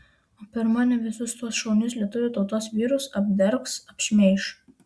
o per mane visus tuos šaunius lietuvių tautos vyrus apdergs apšmeiš